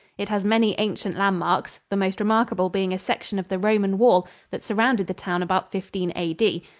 it has many ancient landmarks, the most remarkable being a section of the roman wall that surrounded the town about fifteen a d.